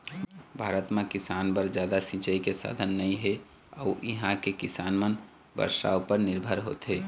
भारत म किसानी बर जादा सिंचई के साधन नइ हे अउ इहां के किसान मन बरसा उपर निरभर होथे